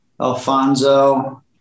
Alfonso